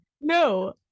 no